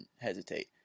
hesitate